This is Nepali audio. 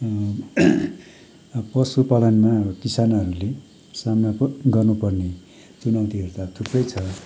पशु पालनमा अब किसानहरूले सामना ग् गर्नु पर्ने चुनौतीहरू त अब थुप्रै छ